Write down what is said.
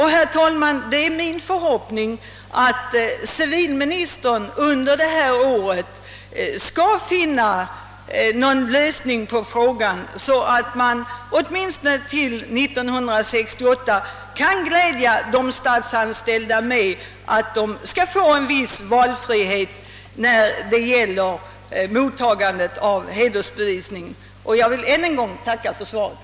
Herr talman, det är min förhoppning att civilministern under detta år skall finna någon lösning på frågan, så att man åtminstone till 1968 kan glädja de statsanställda med att de skall få en viss valfrihet när det gäller mottagande av hedersbevisningar. Jag vill ännu en gång be att få tacka för svaret.